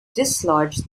dislodge